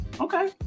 Okay